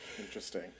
Interesting